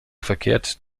verkehrt